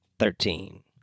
Thirteen